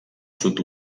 sud